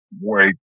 wait